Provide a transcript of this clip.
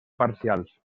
parcials